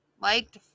liked